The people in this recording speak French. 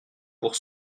pour